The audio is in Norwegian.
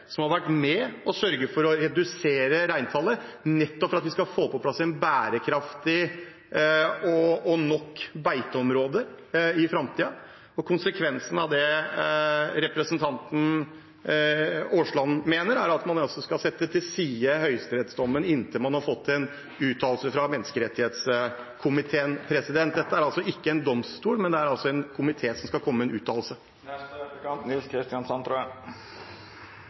som har vært med på å sørge for å redusere reintallet – nettopp for at vi skal få på plass bærekraftige og tilstrekkelige beiteområder i framtiden. Konsekvensen av det representanten Aasland mener, er at man skal sette til side høyesterettsdommen inntil man har fått en uttalelse fra menneskerettskomiteen. Dette er ikke en domstol, det er en komité som skal komme med en uttalelse.